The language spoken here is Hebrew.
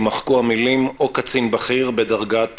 יימחקו המילים: "או קצין בכיר בדרגת